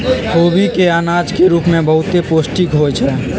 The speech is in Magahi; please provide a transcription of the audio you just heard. खोबि के अनाज के रूप में बहुते पौष्टिक होइ छइ